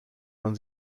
man